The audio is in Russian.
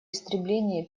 истреблению